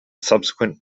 subsequent